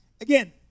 again